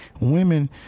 Women